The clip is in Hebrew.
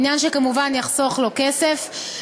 עניין שכמובן יחסוך לו כסף,